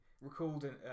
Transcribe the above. Recalled